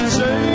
say